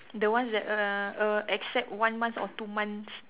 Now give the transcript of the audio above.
the ones that err err accept one month or two months